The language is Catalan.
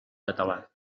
català